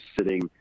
sitting